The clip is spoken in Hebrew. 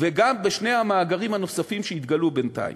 וגם בשני המאגרים הנוספים שהתגלו בינתיים.